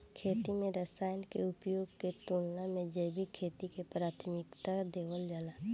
खेती में रसायनों के उपयोग के तुलना में जैविक खेती के प्राथमिकता देवल जाला